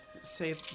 say